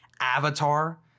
Avatar